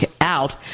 out